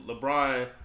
LeBron